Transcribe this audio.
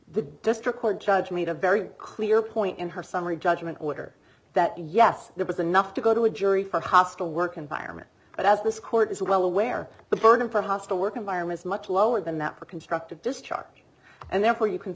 the district court judge made a very clear point in her summary judgment order that yes there was enough to go to a jury for hostile work environment but as this court is well aware the burden for a hostile work environment is much lower than that for constructive discharge and therefore you can